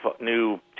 new